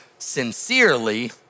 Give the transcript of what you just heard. Sincerely